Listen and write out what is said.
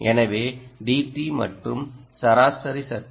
எனவே dT மற்றும் சராசரி சக்தி